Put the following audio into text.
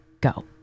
Go